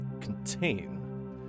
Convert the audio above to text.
contain